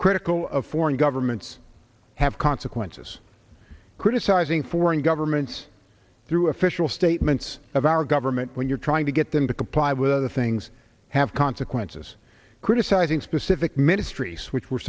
critical of foreign governments have consequences criticizing foreign governments through official statements of our government when you're trying to get them to comply with other things have consequences criticizing specific ministries which were